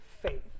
faith